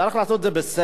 צריך לעשות את זה בשכל,